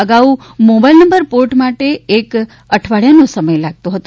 અગાઉ mobile number port માટે એક અઠવાડિયાનો સમય લાગતો હતો